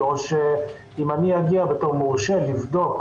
אם אגיע כמורשה נגישות לבדוק,